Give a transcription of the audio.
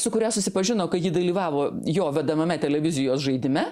su kuria susipažino kai ji dalyvavo jo vedamame televizijos žaidime